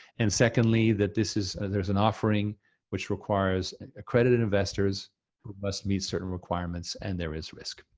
and secondly, that this is, there's an offering which requires accredited investors who must meet certain requirements and there is risk.